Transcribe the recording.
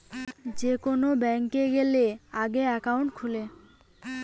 যে কোন ব্যাংকে গ্যালে আগে একাউন্ট খুলে